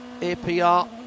APR